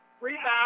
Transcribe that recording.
Rebound